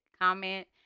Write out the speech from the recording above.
comment